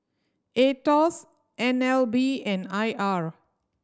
Aetos N L B and I R